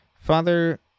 father